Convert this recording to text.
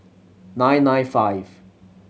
nine nine five